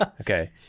Okay